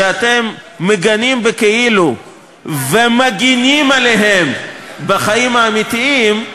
כשאתם מגנים בכאילו ומגינים עליהם בחיים האמיתיים,